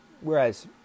whereas